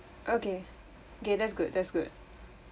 okay K that's good that's good